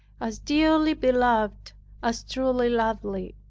as dearly beloved as truly lovely.